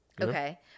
Okay